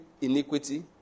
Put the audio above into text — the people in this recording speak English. iniquity